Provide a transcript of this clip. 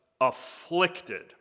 afflicted